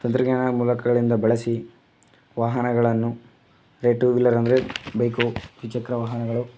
ತಂತ್ರಜ್ಞಾನ ಮೂಲಕಗಳಿಂದ ಬಳಸಿ ವಾಹನಗಳನ್ನು ಟ್ರೈ ಟೂ ವೀಲರೆಂದ್ರೆ ಬೈಕು ದ್ವಿಚಕ್ರವಾಹನಗಳು